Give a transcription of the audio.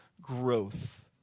growth